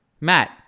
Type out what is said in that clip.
Matt